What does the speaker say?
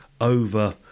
over